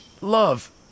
love